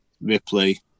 Ripley